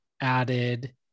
added